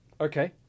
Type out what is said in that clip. Okay